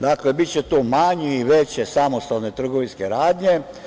Dakle, biće tu manje ili veće samostalne trgovinske radnje.